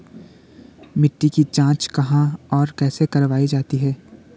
मिट्टी की जाँच कहाँ और कैसे करवायी जाती है?